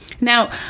Now